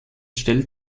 stellt